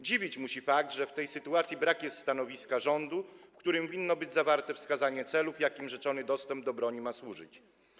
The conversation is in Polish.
Dziwić musi fakt, że w tej sytuacji brak jest stanowiska rządu, w którym winno być zawarte wskazanie celów, jakim rzeczony dostęp do broni ma służyć.